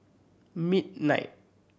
midnight